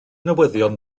newyddion